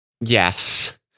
Yes